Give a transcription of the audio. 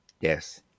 Yes